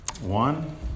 One